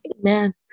Amen